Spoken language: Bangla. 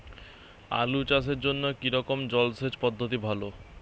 আলু চাষের জন্য কী রকম জলসেচ পদ্ধতি ভালো?